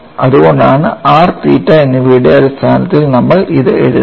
അതുകൊണ്ടാണ് r തീറ്റ എന്നിവയുടെ അടിസ്ഥാനത്തിൽ നമ്മൾ ഇത് എഴുതുന്നത്